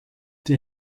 die